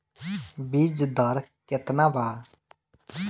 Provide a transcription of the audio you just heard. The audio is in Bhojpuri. बीज दर केतना वा?